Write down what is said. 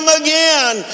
again